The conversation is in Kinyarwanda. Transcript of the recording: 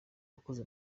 wakoze